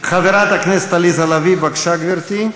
חברת הכנסת עליזה לביא, בבקשה, גברתי.